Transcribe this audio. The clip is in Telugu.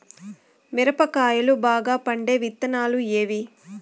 మిరప కాయలు బాగా పండే విత్తనాలు ఏవి